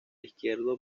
izquierdo